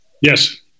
Yes